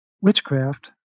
witchcraft